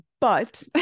but-